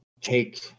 take